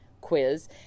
quiz